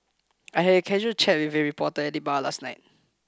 I had a casual chat with a reporter at the bar last night